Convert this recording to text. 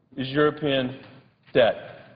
is european debt.